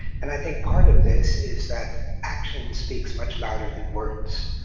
and i think part of this is that action speaks much louder than words.